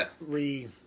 re